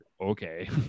Okay